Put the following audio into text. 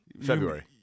February